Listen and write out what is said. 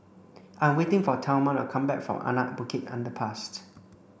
I'm waiting for Thelma to come back from Anak Bukit Underpass